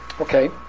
okay